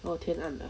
要天暗了